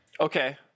Okay